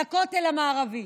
לכותל המערבי.